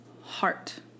heart